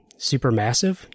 Supermassive